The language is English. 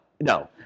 no